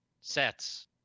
sets